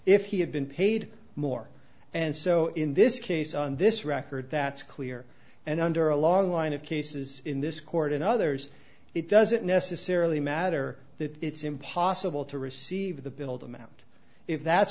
if he had been paid more and so in this case on this record that's clear and under a long line of cases in this court and others it doesn't necessarily matter that it's impossible to receive the build amount if that's